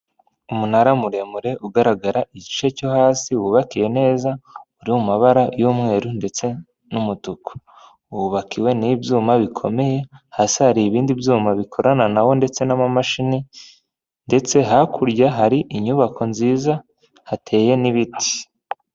Umunara muremure ugaragara igice cyo hasi wubakiwe neza, uri mu mabara y'umweru ndetse n'umutuku, wubakiwe n'ibyuma bikomeye has hari ibindi byuma bikorana nawo ndetse n'amamashini ndetse hakurya hari inyubako nziza hateye n'ibiti.